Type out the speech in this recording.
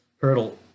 hurdle